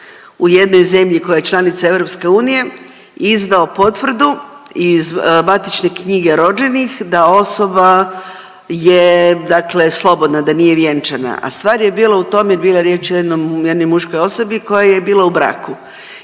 u jednoj zemlji koja je članica EU izdao potvrdu iz Matične knjige rođenih da osoba je slobodna, da nije vjenčana, a stvar je u tome bilo je riječ o jednoj muškoj osobi koja je bila u braku